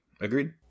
Agreed